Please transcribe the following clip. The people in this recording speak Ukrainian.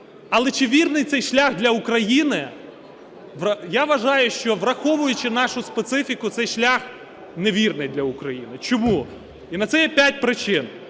Але чи вірний цей шлях для України? Я вважаю, що враховуючи нашу специфіку, цей шлях не вірний для України. Чому? І на це є п'ять причин.